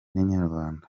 n’inyarwanda